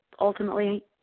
ultimately